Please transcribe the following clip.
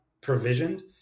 provisioned